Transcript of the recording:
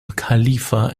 khalifa